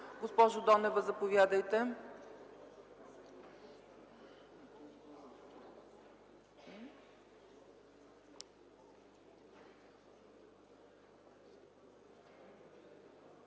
Госпожо Донева, заповядайте.